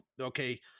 okay